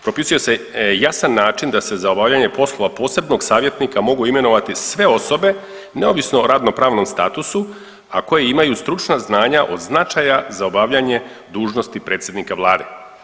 Propisuje se jasan način da se za obavljanje poslova posebnog savjetnika mogu imenovati sve osobe neovisno o radno pravnom statusu, a koje imaju stručna znanja od značaja za obavljanje dužnosti predsjednika vlade.